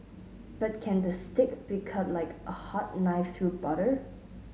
but can the steak be cut like a hot knife through butter